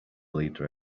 leader